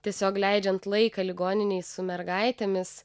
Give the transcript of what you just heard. tiesiog leidžiant laiką ligoninėj su mergaitėmis